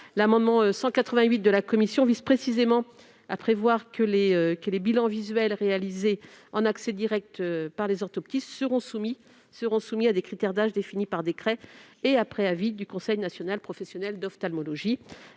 L'amendement n° 188 de la commission vise précisément à prévoir que les bilans visuels réalisés en accès direct par les orthoptistes seront soumis à des critères d'âge définis par décret, après avis du Conseil national professionnel d'ophtalmologie.